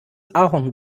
ahorn